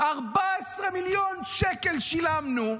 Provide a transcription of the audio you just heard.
14 מיליון שקל שילמנו,